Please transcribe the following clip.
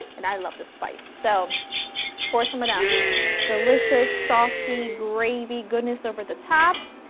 and i love the spice, so pour some of that delicious saucy gravy goodness over the top,